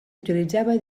utilitzava